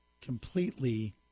completely